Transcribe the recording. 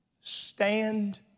Stand